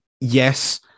yes